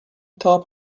top